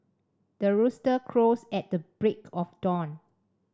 the rooster crows at the break of dawn